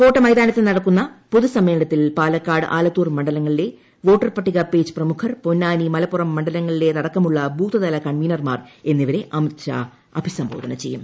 കോട്ടമൈതാനത്തു നടക്കുന്ന പൊതുസമ്മേളനത്തിൽ പാലക്കാട് ആലത്തൂർ മണ്ഡലങ്ങളിലെ വോട്ടർ പട്ടിക പേജ് പ്രമുഖർ പൊന്നാനി മലപ്പുറം മണ്ഡലങ്ങളിലെതടക്കമുള്ള ബൂത്തുതല കൺവീനർമാർ എന്നിവരെ അമിത്ഷാ അഭിസംബോധന ചെയ്യും